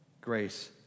Grace